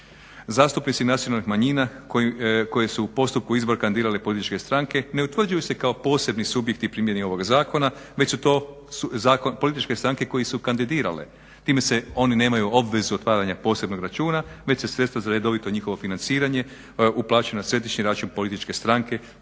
Zastupnici nacionalnih manjina koje su u postupku izbora kandidirale političke stranke ne utvrđuju se kao posebni subjekti u primjeni ovog zakona već su to političke stranke koje su ih kandidirale. Time se oni nemaju obvezu otvaranja posebnog računa već se sredstva za redovito njihovo financiranje uplaćuju na središnji račun političke stranke